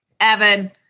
Evan